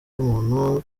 y’umuntu